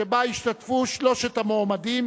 שבה ישתתפו שלושת המועמדים,